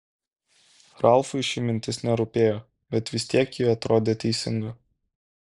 ralfui ši mintis nerūpėjo bet vis tiek ji atrodė teisinga